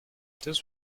this